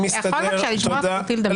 יכול להיות שהיושב-ראש התחיל לדבר?